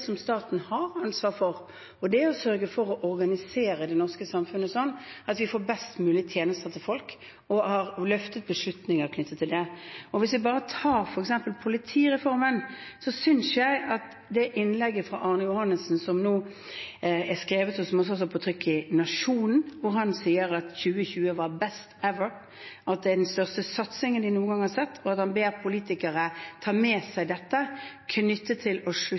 norske samfunnet sånn at vi får best mulige tjenester til folk, og vi har løftet beslutninger knyttet til det. Hvis vi bare tar politireformen, f.eks., viser jeg til innlegget fra Arne Johannessen, som har stått på trykk i Nationen, der han sier at 2020 var «best ever», at det er den største satsingen de noen gang har sett, og at han ber politikere ta med seg dette og slutte å